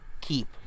keep